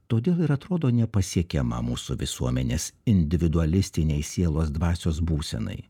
todėl ir atrodo nepasiekiama mūsų visuomenės individualistinei sielos dvasios būsenai